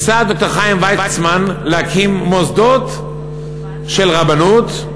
ניסה ד"ר חיים ויצמן להקים מוסדות של רבנות,